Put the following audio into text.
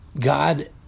God